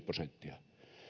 prosenttia